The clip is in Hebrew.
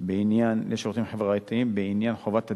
לשירותים חברתיים בעניין חובת הדיווח,